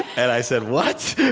and i said, what?